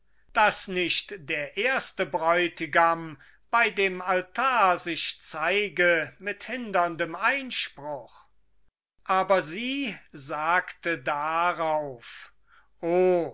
daß nicht der erste bräutigam bei dem altar sich zeige mit hinderndem einspruch aber sie sagte darauf oh